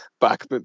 back